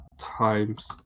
times